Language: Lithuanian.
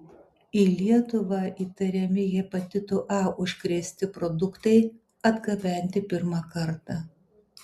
į lietuvą įtariami hepatitu a užkrėsti produktai atgabenti pirmą kartą